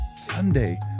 Sunday